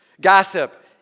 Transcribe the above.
Gossip